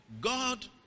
God